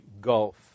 gulf